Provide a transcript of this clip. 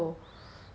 then 然后